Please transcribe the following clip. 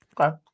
Okay